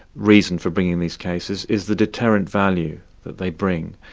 reason for bringing these cases is the deterrent value that they bring,